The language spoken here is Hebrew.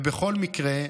ובכל מקרה,